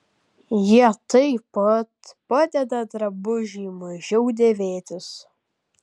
jie taip pat padeda drabužiui mažiau dėvėtis